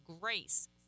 grace